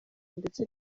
ndetse